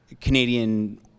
Canadian